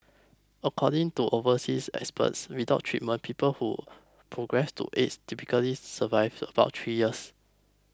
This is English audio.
according to overseas experts without treatment people who progress to AIDS typically survive about three years